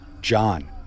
John